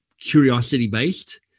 curiosity-based